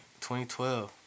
2012